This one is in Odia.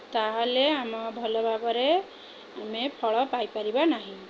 ତା'ହେଲେ ଆମ ଭଲ ଭାବରେ ଆମେ ଫଳ ପାଇପାରିବା ନାହିଁ